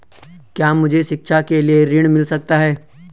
क्या मुझे शिक्षा के लिए ऋण मिल सकता है?